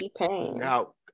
Now